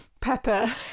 pepper